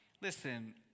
Listen